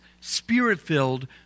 spirit-filled